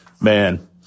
Man